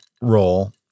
role